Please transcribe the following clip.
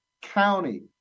county